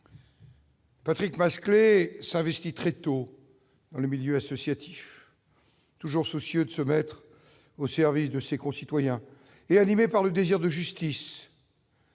Patrick Masclet s'investit très tôt dans le milieu associatif, toujours soucieux de se mettre au service de ses concitoyens et animé par le désir de justice.